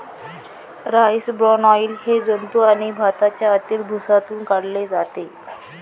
rice bran oil हे जंतू आणि भाताच्या आतील भुसातून काढले जाते